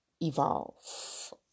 evolve